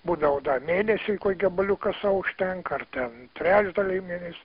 būdavo da mėnesiui kokį gabaliuką sau užtenka ar ten trečdaliui mėnesio